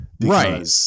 Right